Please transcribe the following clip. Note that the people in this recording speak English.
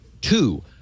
Two